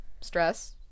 stress